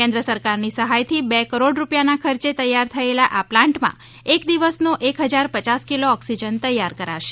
કેન્દ્ર સરકારની સહાયથી બે કરોડ રૂપિયાનાં ખર્ચે થયેલાં આ પ્લાન્ટમાં એક દિવસનો એક હજાર પચાસ કિલો ઓક્સિજન તૈયાર કરાશે